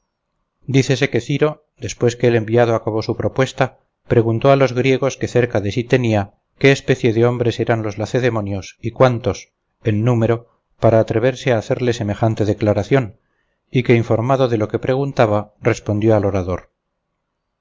dícese que ciro después que el enviado acabó su propuesta preguntó a los griegos que cerca de sí tenía qué especie de hombres eran los lacedemonios y cuántos en número para atreverse a hacerle semejante declaración y que informado de lo que preguntaba respondió al orador